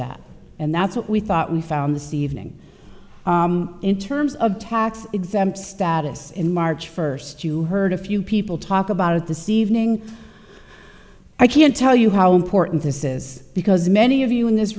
that and that's what we thought we found this evening in terms of tax exempt status in march first you heard a few people talk about the cvs thing i can't tell you how important this is because many of you in this